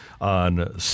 on